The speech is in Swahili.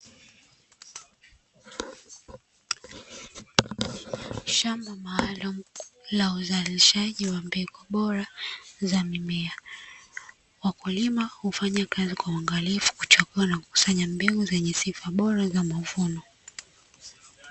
Shamba maalum la uzalishaji wa mbegu bora za mimea wakulima, hufanya kazi kwa uangalifu kutokana na kukusanya mbegu zenye sifa bora za mavuno.